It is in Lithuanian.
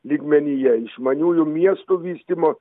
lygmenyje išmaniųjų miestų vystymo